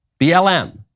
BLM